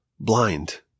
blind